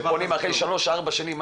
אחרי שלוש-ארבע שנים,